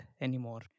anymore